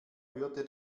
hörte